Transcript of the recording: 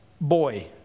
boy